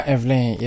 Evelyn